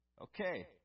Okay